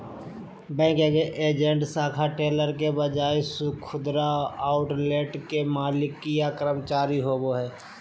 bank agent शाखा teller के बजाय खुदरा आउटलेट के मालिक या कर्मचारी होवो हइ